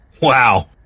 Wow